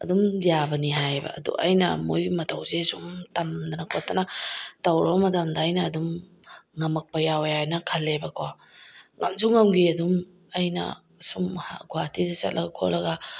ꯑꯗꯨꯝ ꯌꯥꯕꯅꯤ ꯍꯥꯏꯌꯦꯕ ꯑꯗꯣ ꯑꯩꯅ ꯃꯣꯏꯒꯤ ꯃꯇꯧꯁꯦ ꯁꯨꯝ ꯇꯝꯗꯅ ꯈꯣꯠꯇꯅ ꯇꯧꯔꯕ ꯃꯇꯝꯗ ꯑꯩꯅ ꯑꯗꯨꯝ ꯉꯝꯃꯛꯄ ꯌꯥꯎꯋꯦ ꯍꯥꯏꯅ ꯈꯜꯂꯦꯕꯀꯣ ꯉꯝꯁꯨ ꯉꯝꯈꯤ ꯑꯗꯨꯝ ꯑꯩꯅ ꯁꯨꯝ ꯒꯨꯍꯥꯇꯤꯗ ꯆꯠꯂꯒ ꯈꯣꯠꯂꯒ